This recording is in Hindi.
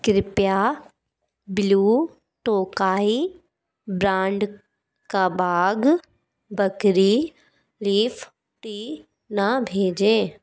कृपया ब्लू टोकाई ब्रांड का वाघ बकरी लीफ़ टी न भेजें